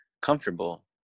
comfortable